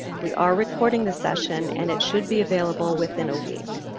we are recording this session and it should be available within a week.